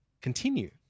continue